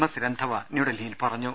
S Randhawa ന്യൂഡൽഹിയിൽ പറഞ്ഞു